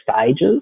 stages